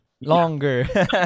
Longer